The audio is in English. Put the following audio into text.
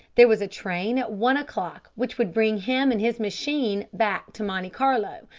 there was a train at one o'clock which would bring him and his machine back to monte carlo,